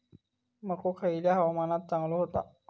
मको खयल्या हवामानात चांगलो होता?